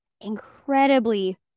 incredibly